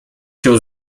się